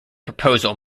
proposal